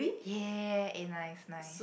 ya eh nice nice